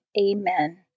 Amen